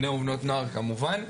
בני ובנות נוער כמובן.